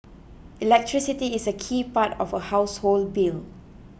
electricity is a key part of a household bill